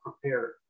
prepared